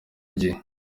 gihe